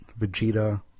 Vegeta